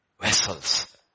vessels